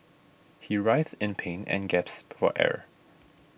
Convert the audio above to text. he writhed in pain and gasped for air